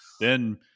then-